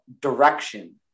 direction